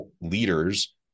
leaders